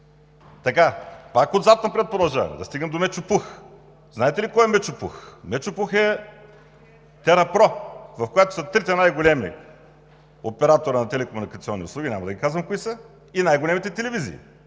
Пак отзад напред продължаваме – да стигнем до Мечо Пух. Знаете ли кой е Мечо Пух? Мечо Пух е „ТеРаПро“, в която са трите най-големи оператора на телекомуникационни услуги – няма да казвам кои са, и най-големите телевизии,